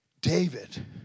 David